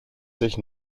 sich